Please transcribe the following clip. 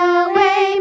away